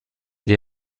des